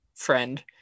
Friend